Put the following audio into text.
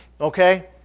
Okay